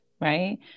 right